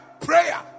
prayer